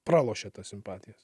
pralošė tas simpatijas